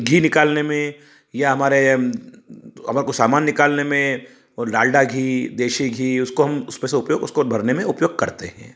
घी निकालने में या हमारे अबको सामान निकालने में और डालडा घी देशी घी उसको हम उस पे से उपयोग उसको भरने में उपयोग करते हैं